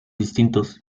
distintos